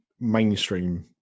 mainstream